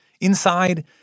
Inside